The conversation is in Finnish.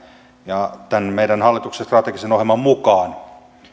tämän meidän hallituksen strategisen ohjelman mukaan